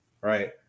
right